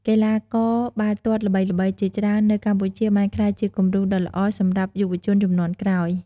កីឡាករបាល់ទាត់ល្បីៗជាច្រើននៅកម្ពុជាបានក្លាយជាគំរូដ៏ល្អសម្រាប់យុវជនជំនាន់ក្រោយ។